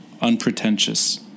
unpretentious